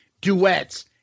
duets